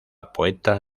poeta